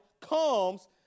comes